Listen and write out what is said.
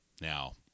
now